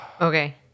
Okay